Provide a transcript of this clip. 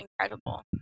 incredible